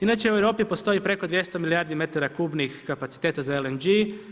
Inače, u Europi postoji preko 200 milijardi metara kubnih kapaciteta za LNG.